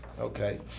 Okay